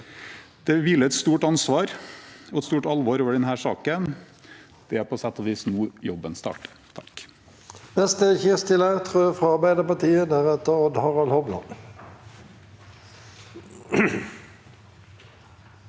Det hviler et stort ansvar og et stort alvor over denne saken. Det er på sett og vis nå jobben starter.